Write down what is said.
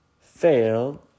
fail